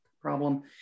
problem